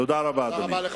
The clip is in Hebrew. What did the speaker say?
תודה רבה, אדוני.